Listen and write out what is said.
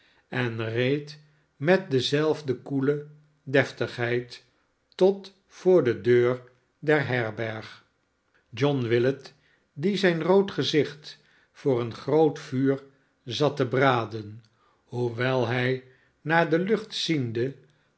en reed met dezelfde koele deftigheid tot voor de deur der herberg john willet die zijn rood gezicht voor een groot vuur zat te braden hoewel hij naar de lucht ziende